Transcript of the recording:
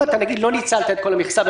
אם לא ניצלת את כל המכסה,